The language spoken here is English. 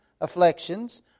afflictions